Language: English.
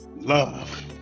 love